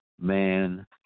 Man